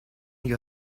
you